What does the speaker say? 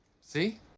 See